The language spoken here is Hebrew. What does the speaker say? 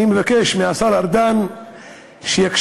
אני מבקש מהשר ארדן שיקשיב,